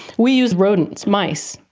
we use rodents, mice.